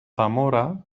zamora